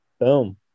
Boom